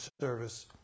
service